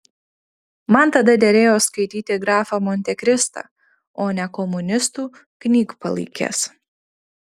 man tada derėjo skaityti grafą montekristą o ne komunistų knygpalaikes